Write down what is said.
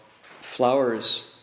flowers